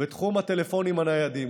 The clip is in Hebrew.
בתחום הטלפונים הניידים.